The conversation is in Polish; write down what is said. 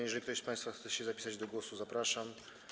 Jeżeli ktoś z państwa chce się zapisać do głosu, zapraszam.